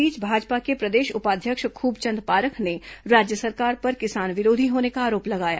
इस बीच भाजपा के प्रदेश उपाध्यक्ष ख्बचंद पारख ने राज्य सरकार पर किसान विरोधी होने का आरोप लगाया